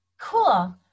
cool